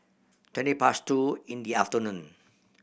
twenty past two in the afternoon